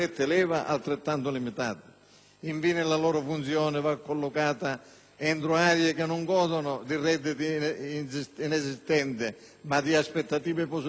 Infine, la loro funzione va collocata entro aree che non godono di redditi inesistenti, ma di aspettative positive, almeno nel breve periodo.